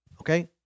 okay